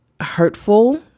hurtful